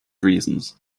reasons